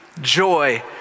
Joy